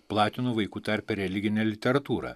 platino vaikų tarpe religinę literatūrą